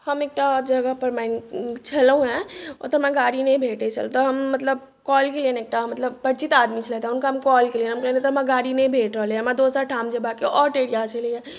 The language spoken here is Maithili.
हम एकटा जगहपर मानि छेलहुँ हेँ ओतय हमरा गाड़ी नहि भेटैत छल तऽ हम मतलब कॉल केलियैन एकटा परिचित आदमी छलथि हुनका हम कॉल केलियैन कहलियैन्ह हमरा एतय गाड़ी नहि भेट रहल अछि हमरा दोसर ठाम जयबाक अछि आउट एरिया छलैए